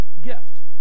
gift